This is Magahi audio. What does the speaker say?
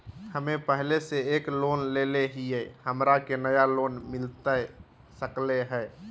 हमे पहले से एक लोन लेले हियई, हमरा के नया लोन मिलता सकले हई?